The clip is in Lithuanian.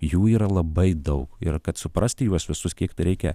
jų yra labai daug ir kad suprasti juos visus kiek tai reikia